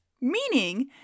meaning